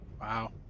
wow